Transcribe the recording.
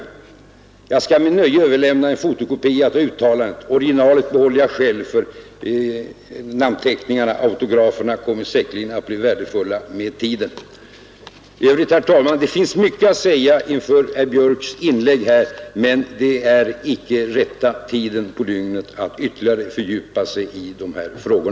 Jag skall med nöje överlämna en fotokopia av uttalandet. Originalet behåller jag själv, för autograferna kommer säkerligen att bli värdefulla med tiden. I övrigt, herr talman, finns det mycket att säga med anledning av herr Björks inlägg, men det är inte rätta tiden på dygnet att ytterligare fördjupa sig i dessa frågor.